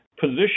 position